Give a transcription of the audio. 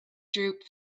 droop